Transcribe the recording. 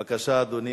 בבקשה, אדוני.